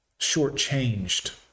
shortchanged